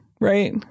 right